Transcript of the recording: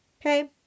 okay